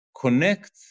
connect